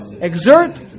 exert